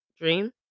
dream